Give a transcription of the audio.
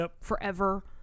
forever